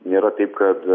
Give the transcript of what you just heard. nėra taip kad